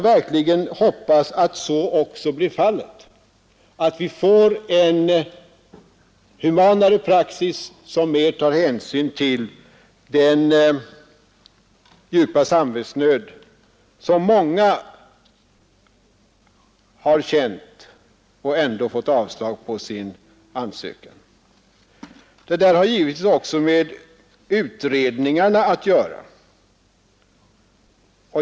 Jag hoppas också att vi får en mera human praxis, som tar större hänsyn till den djupa samvetsnöd många av dem känt som fått avslag på sin ansökan. Detta har givetvis också med utredningarna att göra.